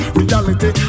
reality